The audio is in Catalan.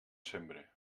sembre